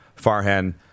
Farhan